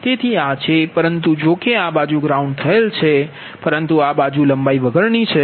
તેથી આ છે પરંતુ જો કે આ બાજુ ગ્રાઉન્ડ થયેલ છે પરંતુ આ બાજુ લંબાઈ વગરની છે